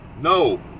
No